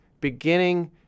beginning